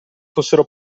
fossero